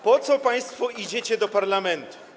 Po co państwo idziecie do parlamentu?